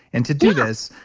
and to do this,